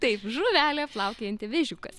taip žuvelė plaukiojanti vėžiukas